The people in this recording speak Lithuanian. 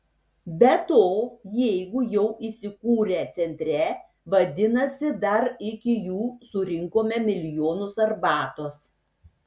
be to jeigu jau įsikūrę centre vadinasi dar iki jų surinkome milijonus arbatos